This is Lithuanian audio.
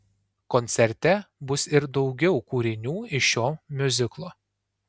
koncerte bus ir daugiau kūrinių iš šio miuziklo